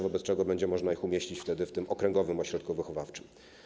Wobec tego będzie można ich umieścić w tym okręgowym ośrodku wychowawczym.